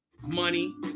money